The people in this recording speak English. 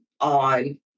on